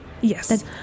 Yes